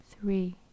three